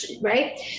right